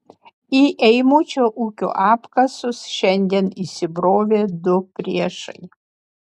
į eimučio ūkio apkasus šiandien įsibrovė du priešai